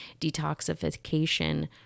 detoxification